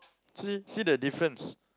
see see the difference